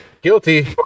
Guilty